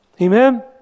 Amen